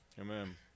Amen